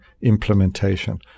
implementation